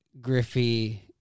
Griffey